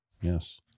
Yes